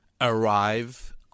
arrive